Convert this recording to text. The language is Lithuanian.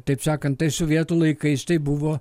taip sakant tai sovietų laikais tai buvo